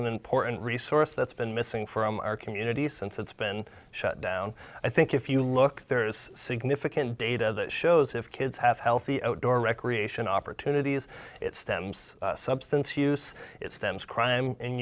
important resource that's been missing from our community since it's been shut down i think if you look there's significant data that shows if kids have healthy outdoor recreation opportunities it stems substance use it stems crime